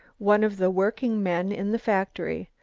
one of the working-men in the factory,